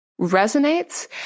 resonates